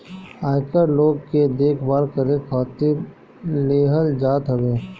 आयकर लोग के देखभाल करे खातिर लेहल जात हवे